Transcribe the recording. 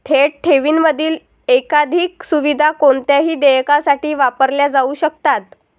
थेट ठेवींमधील एकाधिक सुविधा कोणत्याही देयकासाठी वापरल्या जाऊ शकतात